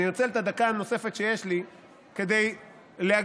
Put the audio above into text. אנצל את הדקה הנוספת שיש לי כדי להגיד,